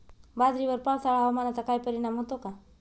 बाजरीवर पावसाळा हवामानाचा काही परिणाम होतो का?